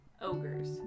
ogres